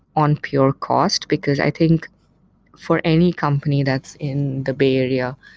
on pure cost, because i think for any company that's in the bay area,